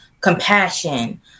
compassion